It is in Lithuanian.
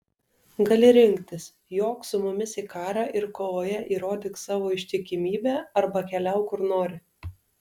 gali rinktis jok su mumis į karą ir kovoje įrodyk savo ištikimybę arba keliauk kur nori